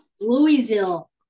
Louisville